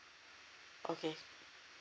okay